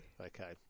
Okay